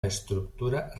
estructura